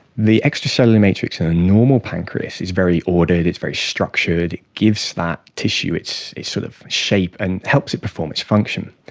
the extracellular matrix in a normal pancreas is very ordered, it's very structured, it gives that tissue its sort of shape and helps it perform its function.